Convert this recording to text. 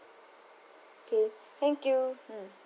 K thank you mm